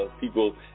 people